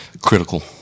Critical